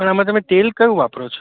પણ આમાં તમે તેલ કયું વાપરો છો